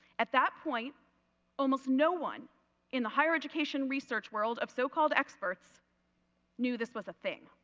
at that point almost no one in the high rer education research world of so-called experts knew this was a thing.